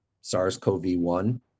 SARS-CoV-1